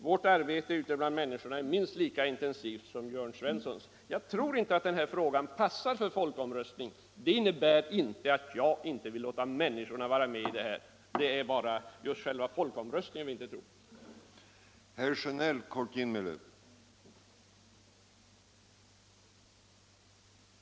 Vårt arbete ute bland människorna är minst lika intensivt som Jörn Svenssons. Jag tror inte att denna fråga passar för folkomröstning. Det innebär inte att jag inte vill låta människorna vara med och bestämma i detta sammanhang. Det är bara folkomröstningsförfarandet som vi inte tror på.